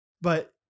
But-